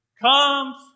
comes